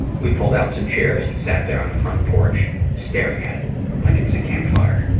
we pulled out some chairs and sat there on the front porch, staring at it like it was a campfire.